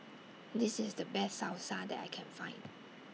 This IS The Best Salsa that I Can Find